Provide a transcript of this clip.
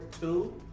two